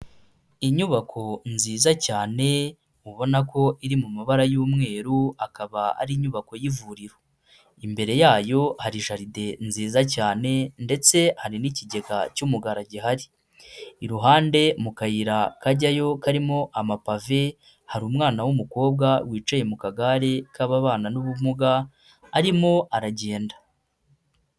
Inyubako nziza cyane ubona ko iri mu mabara y'umweru, akaba ari inyubako y'ivuriro. Imbere yayo hari jaride nziza cyane, ndetse hari n'ikigega cy'umugara gihari. Iruhande mu kayira kajyayo karimo amapave, hari umwana w'umukobwa wicaye mu kagare k'ababana n'ubumuga arimo aragenda.